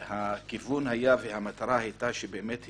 הכיוון והמטרה היו שבאמת